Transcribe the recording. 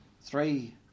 three